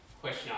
question